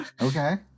Okay